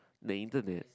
the internet